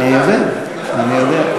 אני לא רוצה ללא הגבלת זמן,